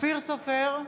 אופיר סופר,